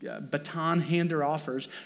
baton-hander-offers